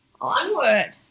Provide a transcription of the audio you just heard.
Onward